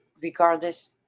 regardless